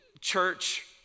church